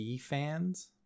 fans